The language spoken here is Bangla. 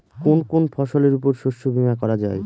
কোন কোন ফসলের উপর শস্য বীমা করা যায়?